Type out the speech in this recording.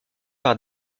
par